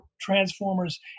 transformers